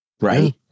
Right